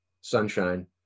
sunshine